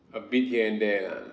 a bit here and there lah